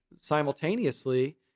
simultaneously